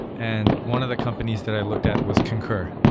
and one of the companies that i looked at was concur.